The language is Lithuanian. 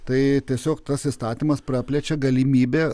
tai tiesiog tas įstatymas praplečia galimybę